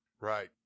Right